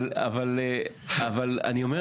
אבל אני אומר,